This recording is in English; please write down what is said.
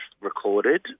recorded